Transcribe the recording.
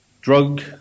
Drug